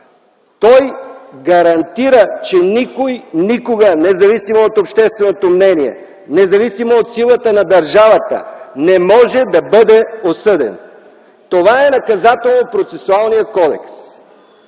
Той гарантира, че никой никога, независимо от общественото мнение, независимо от силата на държавата, не може да бъде осъден. Това е Наказателно-процесуалният кодекс.